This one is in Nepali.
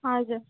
हजुर